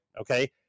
Okay